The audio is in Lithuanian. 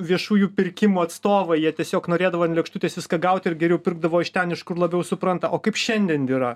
viešųjų pirkimų atstovai jie tiesiog norėdavo ant lėkštutės viską gauti ir geriau pirkdavo iš ten iš kur labiau supranta o kaip šiandien yra